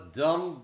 dumb